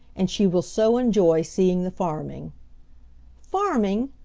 and she will so enjoy seeing the farming farming!